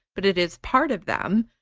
but it is part of them.